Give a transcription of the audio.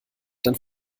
dann